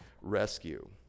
rescue